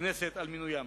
לכנסת על מינויים.